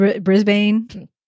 Brisbane